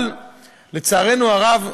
אבל לצערנו הרב,